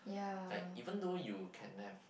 like even though you can have